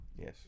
Yes